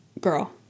Girl